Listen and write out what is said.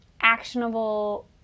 actionable